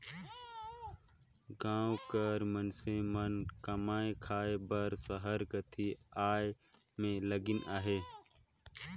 गाँव कर मइनसे मन कमाए खाए बर सहर कती आए में लगिन अहें